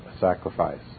sacrifice